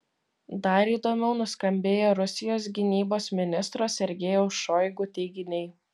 dar įdomiau nuskambėjo rusijos gynybos ministro sergejaus šoigu teiginiai